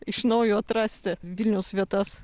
iš naujo atrasti vilniaus vietas